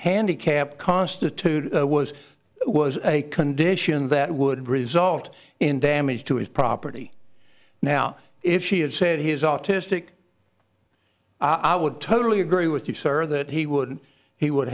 handicap constituted was was a condition that would result in damage to his property now if she had said he is autistic i would totally agree with you sir that he would he would